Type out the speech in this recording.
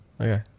Okay